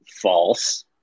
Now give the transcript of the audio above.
False